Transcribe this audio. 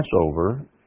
Passover